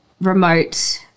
remote